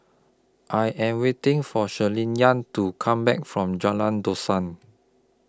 I Am waiting For Shirleyann to Come Back from Jalan Dusan